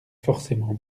forcément